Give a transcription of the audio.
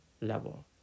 level